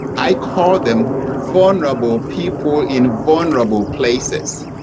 i call them vulnerable people in vulnerable places.